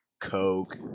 coke